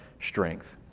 strength